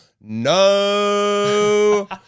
no